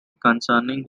concerning